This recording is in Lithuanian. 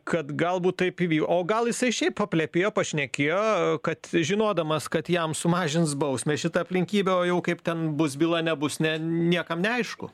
kad galbūt taip įvy o gal jisai šiaip paplepėjo pašnekėjo kad žinodamas kad jam sumažins bausmę šita aplinkybė o jau kaip ten bus byla nebus ne niekam neaišku